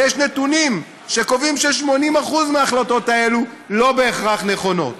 ויש נתונים שקובעים ש-80% מההחלטות האלה לא בהכרח נכונות.